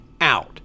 out